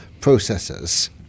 Processes